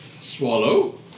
Swallow